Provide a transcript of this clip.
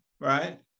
right